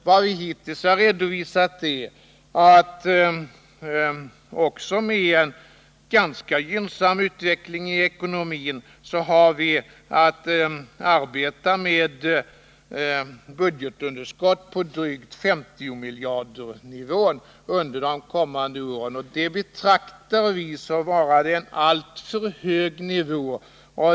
Vad vi hittills har redovisat är att också med en ganska gynnsam utveckling i ekonomin har vi att arbeta med budgetunderskott på en nivå av drygt 50 miljarder under de kommande åren, och det betraktar vi som varande en allför hög nivå.